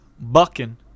bucking